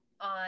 on